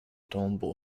东部